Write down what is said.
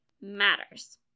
matters